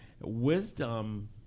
wisdom